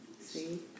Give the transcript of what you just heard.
See